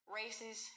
races